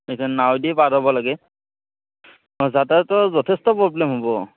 এতিয়া নাও দিয়ে পাৰ হ'ব লাগে যাতায়ত যথেষ্ট প্ৰব্লেম হ'ব